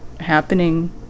Happening